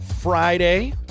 Friday